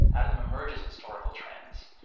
out of them emerges historical trends.